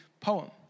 poem